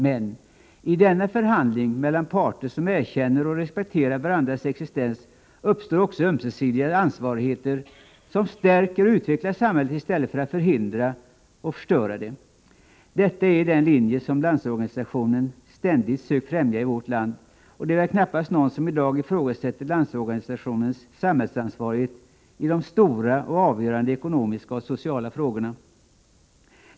Men i denna förhandling mellan parter som erkänner och respekterar varandras existens uppstår också ömsesidiga ansvarigheter som stärker och utvecklar samhället i stället för att hindra och förstöra det. Detta är den linje som Landsorganisationen ständigt sökt främja i vårt land. Det är väl knappast någon som i dag ifrågasätter Landsorganisationens samhällsansvarighet i de stora och avgörande ekonomiska och sociala frågorna.